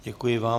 Děkuji vám.